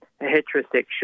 heterosexual